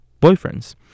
boyfriends